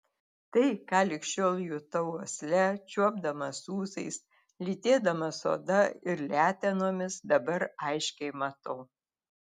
tai ką lig šiol jutau uosle čiuopdamas ūsais lytėdamas oda ir letenomis dabar aiškiai matau